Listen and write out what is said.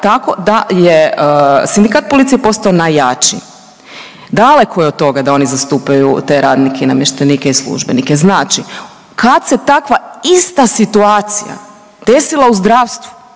Tako da je sindikat policije postao najjači. Daleko je od toga da oni zastupaju te radnike i namještenike i službenike. Znači kad se takva ista situacija desila u zdravstvu